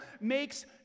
makes